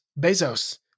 Bezos